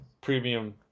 premium